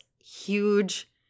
huge